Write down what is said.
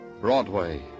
Broadway